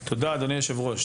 תודה, אדוני היושב-ראש.